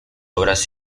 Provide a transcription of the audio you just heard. obras